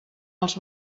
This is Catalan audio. els